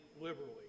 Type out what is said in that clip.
liberally